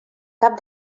cap